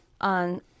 on